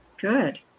good